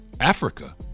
Africa